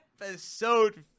episode